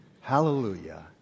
hallelujah